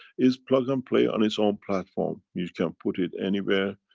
is plug-and-play on its own platform. you can put it anywhere,